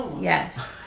yes